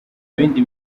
bindi